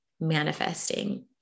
manifesting